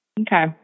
okay